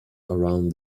around